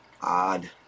odd